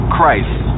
Christ